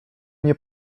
nie